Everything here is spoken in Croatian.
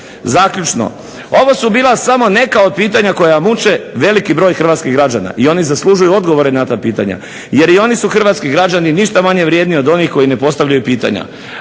Zaključno. Ovo su bila samo neka od pitanja koja muče veliki broj hrvatskih građana i oni zaslužuju odgovore na ta pitanja, jer i oni su hrvatski građani ništa manje vredniji od onih koji ne postavljaju pitanja.